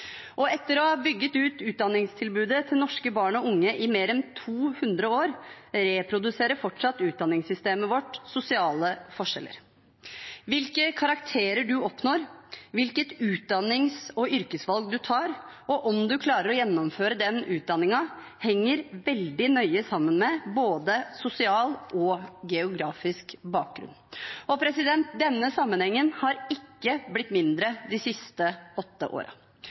Etter å ha bygget ut utdanningstilbudet til norske barn og unge i mer enn 200 år, reproduserer fortsatt utdanningssystemet vårt sosiale forskjeller. Hvilke karakterer man oppnår, hvilket utdannings- og yrkesvalg man tar, og om man klarer å gjennomføre den utdanningen, henger veldig nøye sammen med både sosial og geografisk bakgrunn. Denne sammenhengen har ikke blitt mindre de siste åtte